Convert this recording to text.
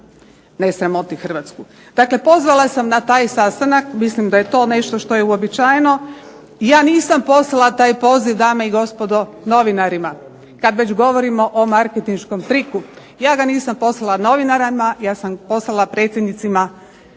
ne sramoti Hrvatsku. Dakle pozvala sam na taj sastanak, mislim da je to nešto što je uobičajeno. Ja nisam poslala taj poziv dame i gospodo novinarima, kad već govorimo o marketinškom triku. Ja ga nisam poslala novinarima, ja sam poslala predsjednicima stranaka